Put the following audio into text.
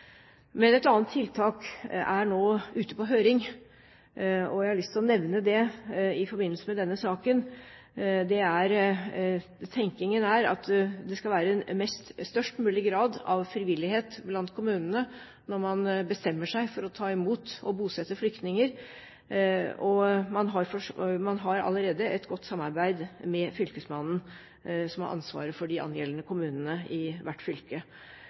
Et annet forslag til tiltak er nå ute på høring, og jeg har lyst til å nevne det i forbindelse med denne saken. Tanken er at det skal være størst mulig grad av frivillighet blant kommunene når man bestemmer seg for å ta imot og bosette flyktninger. Man har allerede et godt samarbeid med fylkesmannen, som har ansvaret for de angjeldende kommunene i hvert fylke.